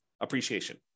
appreciation